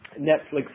Netflix